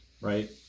right